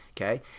okay